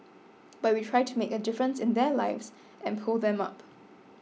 but we try to make a difference in their lives and pull them up